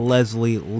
Leslie